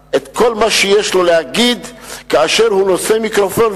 להגיד את כל מה שיש לו להגיד כאשר הוא נושא מיקרופון,